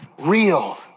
real